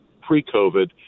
pre-COVID